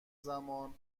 زمان